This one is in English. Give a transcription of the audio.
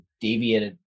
Deviated